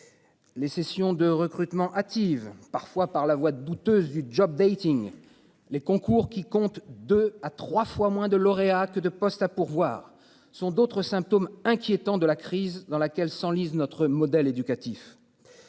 Les sessions de recrutement hâtive parfois par la voie douteuse du job dating les concours qui compte 2 à 3 fois moins de lauréats que de postes à pourvoir sont d'autres symptômes inquiétants de la crise dans laquelle s'enlise notre modèle éducatif.